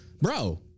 bro